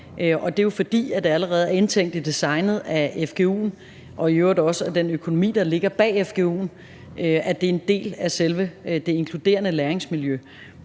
Og det er jo, fordi det allerede er indtænkt i designet af fgu'en og i øvrigt også af den økonomi, der ligger bag fgu'en, at det er en del af selve det inkluderende læringsmiljø,